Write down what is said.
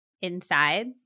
inside